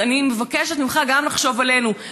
אז אני מבקשת ממך גם לחשוב עלינו,